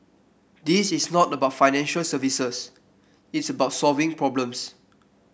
this is not about financial services it's about solving problems